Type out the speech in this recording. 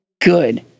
good